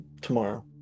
Tomorrow